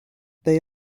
they